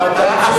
במשרדו.